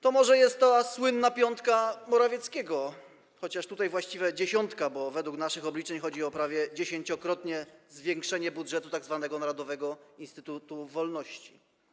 To może jest to ta słynna piątka Morawieckiego, chociaż tutaj właściwie dziesiątka, bo według naszych obliczeń chodzi o prawie 10-krotne zwiększenie budżetu tzw. Narodowego Instytutu Wolności.